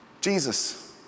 Jesus